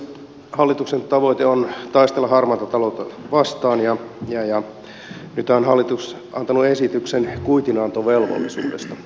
hallituksen tavoite on taistella harmaata taloutta vastaan ja nythän hallitus on antanut esityksen kuitinantovelvollisuudesta